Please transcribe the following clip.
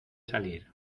salir